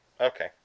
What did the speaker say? Okay